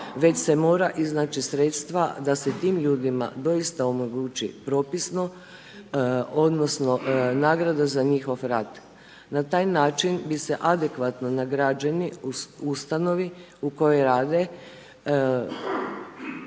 već se mora iznaći sredstva da se tim ljudima doista omogući propisno odnosno nagrada za njihov rad. Na taj način bi se adekvatno nagrađeni u ustanovi u kojoj rade